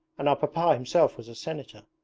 and our papa himself was a senator.